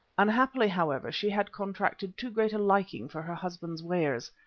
unhappily, however, she had contracted too great a liking for her husband's wares,